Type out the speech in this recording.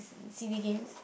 C_D game